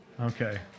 Okay